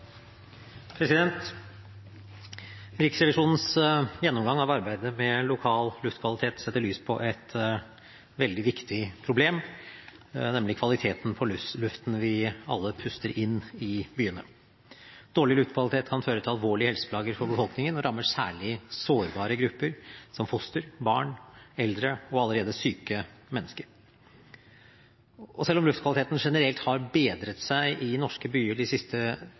Riksrevisjonens gjennomgang av arbeidet med lokal luftkvalitet setter lys på et veldig viktig problem, nemlig kvaliteten på luften vi alle puster inn i byene. Dårlig luftkvalitet kan føre til alvorlige helseplager for befolkningen og rammer særlig sårbare grupper som foster, barn, eldre og allerede syke mennesker. Selv om luftkvaliteten generelt har bedret seg i norske byer de siste